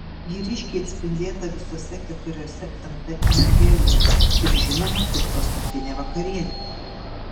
ji ryškiai atspindėta visose keturiose nt evangelijose ir žinoma kaip paskutinė vakarienė